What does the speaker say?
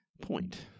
point